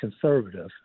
conservative